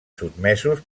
sotmesos